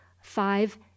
five